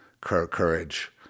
courage